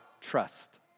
trust